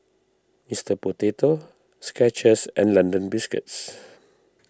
Mister Potato Skechers and London Biscuits